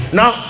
now